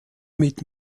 mit